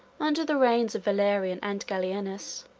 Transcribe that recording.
under the reigns of valerian and gallienus,